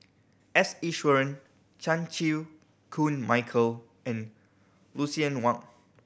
S Iswaran Chan Chew Koon Michael and Lucien Wang